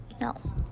No